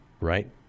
right